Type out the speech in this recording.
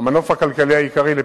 של חברת "נמלי ישראל".